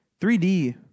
3D